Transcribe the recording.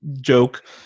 joke